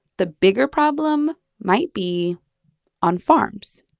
the bigger problem might be on farms